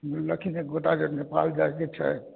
बुझलखिन एक गोटाके नेपाल जायके छै